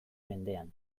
mendean